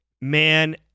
man